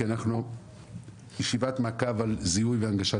כי אנחנו בישיבת מעקב על זיהוי והנגשת